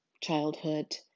childhood